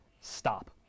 stop